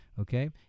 okay